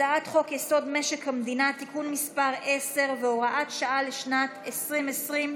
הצעת חוק-יסוד: משק המדינה (תיקון מס' 10 והוראת שעה לשנת 2020)